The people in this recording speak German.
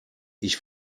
ich